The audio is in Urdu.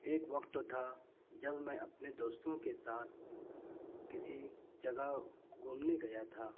ایک وقت تو تھا جب میں اپنے دوستوں کے ساتھ کسی جگہ گھومنے گیا تھا